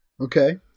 Okay